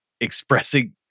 expressing